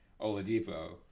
Oladipo